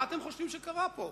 מה אתם חושבים שקרה פה?